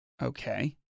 Okay